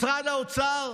משרד האוצר,